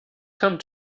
come